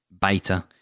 beta